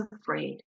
afraid